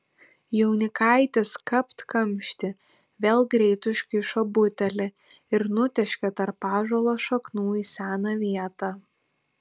jaunikaitis kapt kamštį vėl greit užkišo butelį ir nutėškė tarp ąžuolo šaknų į seną vietą